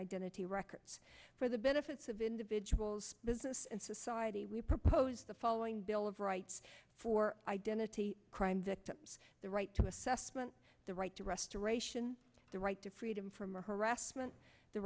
identity records for the benefits of individuals business and society we propose the following bill of rights for identity crime victims the right to assessment the right to restoration the right to freedom from harassment the